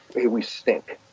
hey, we stink.